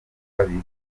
babikora